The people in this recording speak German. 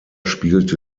spielte